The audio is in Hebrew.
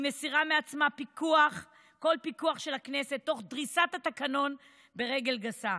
היא מסירה מעצמה כל פיקוח של הכנסת תוך דריסת התקנון ברגל גסה.